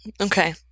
Okay